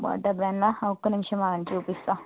బాట బ్రాండ్ ఒక నిమిషం ఆగండి చూపిస్తాను